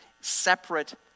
separate